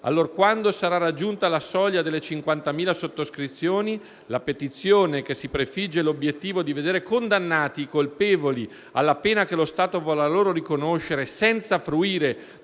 allorquando sarà raggiunta la soglia delle 50.000 sottoscrizioni, la petizione, che si prefigge l'obiettivo di vedere condannati i colpevoli alla pena che lo Stato vorrà loro riconoscere, senza fruire